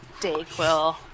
Dayquil